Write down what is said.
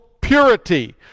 purity